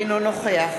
אינו נוכח